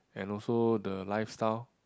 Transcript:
and also the lifestyle